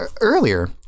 earlier